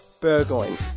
Burgoyne